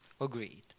agreed